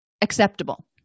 acceptable